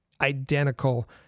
identical